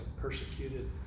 persecuted